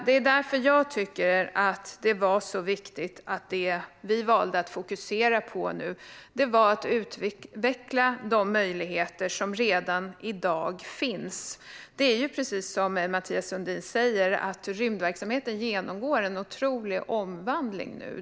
Det är därför jag tycker att det var så viktigt att det vi valde att fokusera på var att utveckla de möjligheter som redan i dag finns. Det är precis som Mathias Sundin säger: Rymdverksamheten genomgår en otrolig omvandling nu.